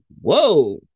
whoa